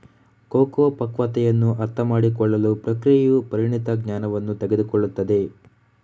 cocoa ಪಕ್ವತೆಯನ್ನು ಅರ್ಥಮಾಡಿಕೊಳ್ಳಲು ಪ್ರಕ್ರಿಯೆಯು ಪರಿಣಿತ ಜ್ಞಾನವನ್ನು ತೆಗೆದುಕೊಳ್ಳುತ್ತದೆ